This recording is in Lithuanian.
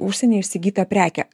užsieny įsigytą prekę